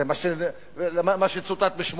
זה מה שלפחות צוטט בשמו.